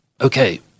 Okay